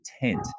intent